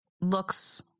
looks